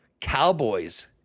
Cowboys